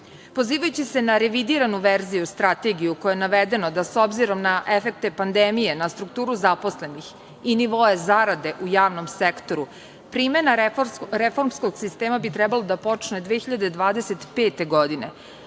budžeta. Pozivajući se na revidiranu verziju Strategije u kojoj je navedeno da s obzirom na efekte pandemije, na strukturu zaposlenih i nivoe zarade u javnom sektoru primena reformskog sistema bi trebalo da počne 2025.